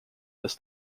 this